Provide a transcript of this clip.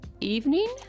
Evening